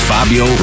Fabio